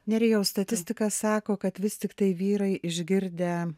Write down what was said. nerijau statistika sako kad vis tiktai vyrai išgirdę